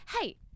Hey